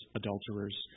adulterers